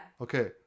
Okay